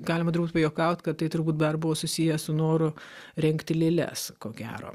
galima turbūt pajuokaut kad tai turbūt dar buvo susiję su noru rengti lėles ko gero